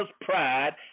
pride